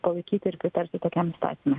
palaikyti ir pritarti tokiam įstatymui